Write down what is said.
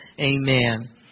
Amen